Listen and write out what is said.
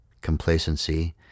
Complacency